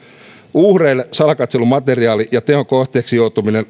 uhreille salakatselumateriaali ja teon kohteeksi joutuminen